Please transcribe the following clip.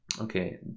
Okay